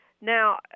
Now